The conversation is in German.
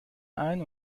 ein